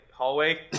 Hallway